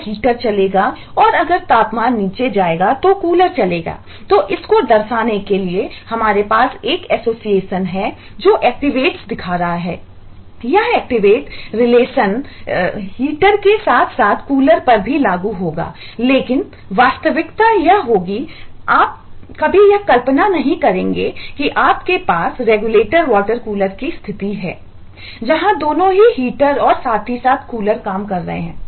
तो आंतरिक रूप से इसमें एक हीटर काम कर रहे हैं